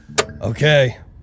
Okay